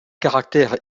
caractère